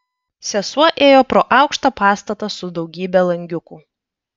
sesuo ėjo pro aukštą pastatą su daugybe langiukų